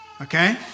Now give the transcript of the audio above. Okay